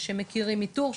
שמכירים איתור,